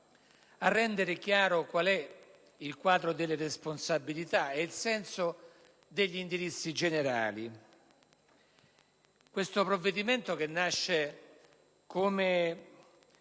a rendere chiaro il quadro delle responsabilità e il senso degli indirizzi generali. Questo provvedimento, che nasce per